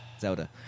Zelda